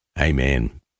Amen